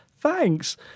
Thanks